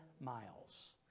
miles